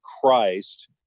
Christ